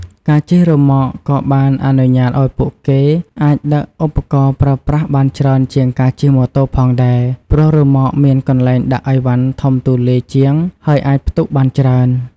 ការជិះរ៉ឺម៉កក៏បានអនុញ្ញាតឱ្យពួកគេអាចដឹកឧបករណ៍ប្រើប្រាស់បានច្រើនជាងការជិះម៉ូតូផងដែរ ព្រោះរ៉ឺម៉កមានកន្លែងដាក់ឥវ៉ាន់ធំទូលាយជាង ហើយអាចផ្ទុកបានច្រើន។